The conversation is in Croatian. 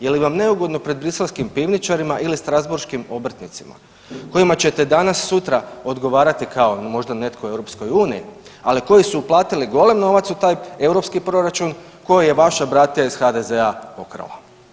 Je li vam neugodno pred briselskim pivničarima ili strazburškim obrtnicima kojima ćete danas-sutra odgovarati kao, ili možda netko u EU, ali koji su uplatili golem novac u taj europski proračun koji je vaša bratija iz HDZ-a pokrala?